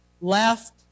left